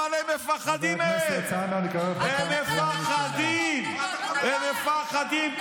בגלל שאתה אחראי, זו המשמרת שלך.